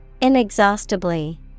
Inexhaustibly